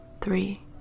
three